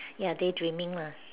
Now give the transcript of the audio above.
ya daydreaming lah